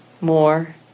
more